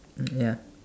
ya